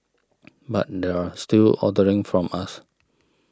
but they're still ordering from us